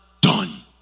done